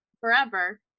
forever